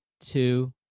two